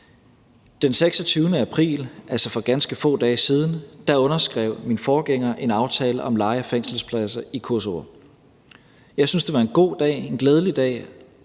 få dage siden, underskrev min forgænger en aftale om leje af fængselspladser i Kosovo. Jeg synes, at det var en god dag, en glædelig dag,